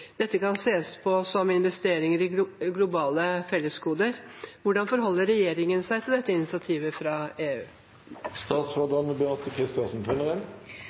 Dette kan sees på som investeringer i globale fellesgoder. Hvordan forholder regjeringen seg til dette initiativet fra EU?»